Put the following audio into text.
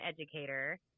educator